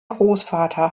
großvater